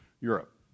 Europe